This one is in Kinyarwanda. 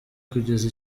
kugeza